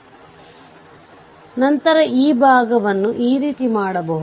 ವಿದ್ಯುತ್ ಮತ್ತು V0 ಬೆಲೆ 1volt 2volt ಎಂದು Uಊಹಿಸಬಹುದು